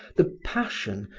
the passion,